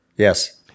yes